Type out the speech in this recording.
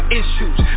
issues